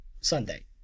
Sunday